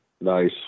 Nice